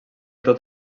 tot